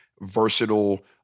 versatile